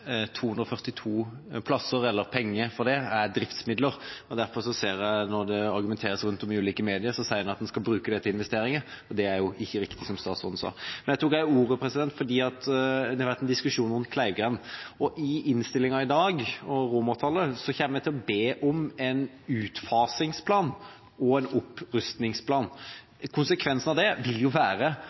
er driftsmidler. Jeg ser, når det argumenteres rundt om i ulike medier, at en sier at en skal bruke det til investeringer, og det er jo ikke riktig, som statsråden sa. Men nå tok jeg ordet fordi det har vært en diskusjon om Kleivgrend. I innstillingen i dag, under I, ber vi om en utfasingsplan og en opprustningsplan. Konsekvensen av det vil være